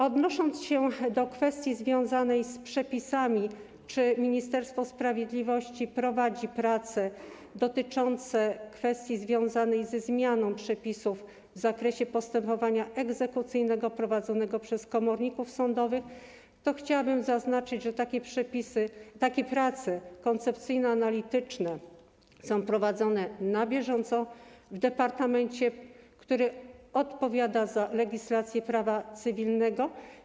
Odnosząc się do kwestii związanej z przepisami, czy Ministerstwo Sprawiedliwości prowadzi prace dotyczące kwestii związanej ze zmianą przepisów w zakresie postępowania egzekucyjnego prowadzonego przez komorników sądowych, to chciałabym zaznaczyć, że takie prace koncepcyjno-analityczne są prowadzone na bieżąco w departamencie, który odpowiada za legislację prawa cywilnego.